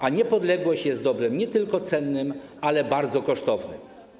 A niepodległość jest dobrem nie tylko cennym, ale i bardzo kosztownym.